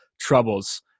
troubles